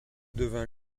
devint